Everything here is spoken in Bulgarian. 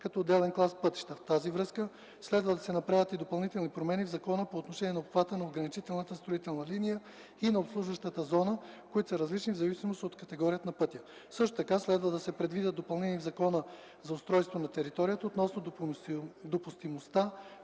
като отделен клас пътища. В тази връзка следва да се направят и допълнителни промени в закона по отношение на обхвата на ограничителната строителна линия и на обслужващата зона, които са различни в зависимост от категорията на пътя. Също така следва да се предвидят допълнения и в Закона за устройство на територията относно допустимостта